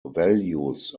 values